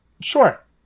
Sure